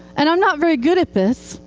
and i'm not very good at this,